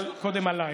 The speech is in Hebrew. אבל קודם עליי.